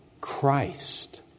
Christ